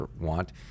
want